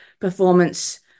performance